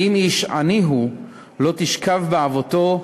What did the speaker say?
ואם איש עני הוא, לא תשכב בעבֹטו,